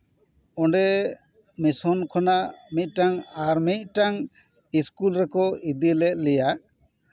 ᱚᱸᱰᱮ ᱢᱤᱥᱚᱱ ᱠᱷᱚᱱᱟᱜ ᱢᱤᱫ ᱴᱟᱝ ᱟᱨ ᱢᱤᱫᱴᱟᱱ ᱤᱥᱠᱩᱞ ᱨᱮᱠᱚ ᱤᱫᱤ ᱞᱮᱜ ᱞᱮᱭᱟ